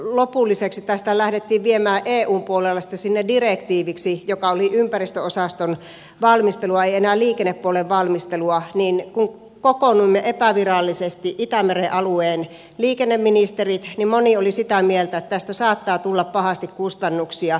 lopulliseksi tätä lähdettiin viemään eun puolella direktiiviksi mikä oli ympäristöosaston valmistelua ei enää liikennepuolen valmistelua kun kokoonnuimme epävirallisesti itämeren alueen liikenneministerit moni oli sitä mieltä että tästä saattaa tulla pahasti kustannuksia